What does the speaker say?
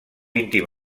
íntim